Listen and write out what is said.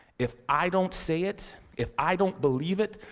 if i don't say it, if i don't believe it,